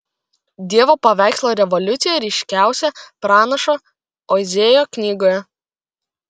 dievo paveikslo revoliucija ryškiausia pranašo ozėjo knygoje